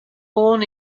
born